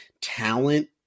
talent